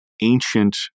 ancient